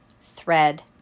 thread